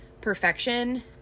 perfection